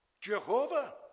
Jehovah